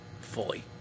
fully